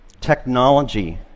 Technology